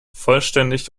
vollständig